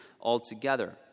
altogether